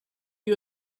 you